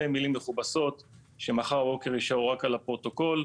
זה מילים מכובסות שמחר בבוקר יישארו רק על הפרוטוקול,